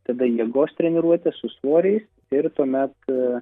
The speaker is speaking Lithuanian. tada jėgos treniruotės su svoriais ir tuomet